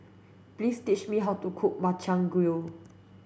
please teach me how to cook Makchang Gui